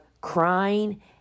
crying